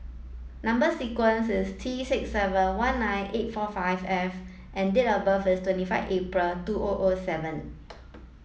number sequence is T six seven one nine eight four five F and date of birth is twenty five April two O O seven